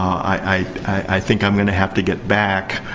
i i think i'm gonna have to get back.